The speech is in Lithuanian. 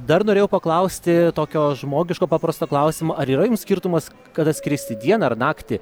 o dar norėjau paklausti tokio žmogiško paprasto klausimo ar yra jum skirtumas kada skristi dieną ar naktį